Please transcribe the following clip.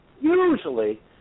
usually